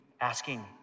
asking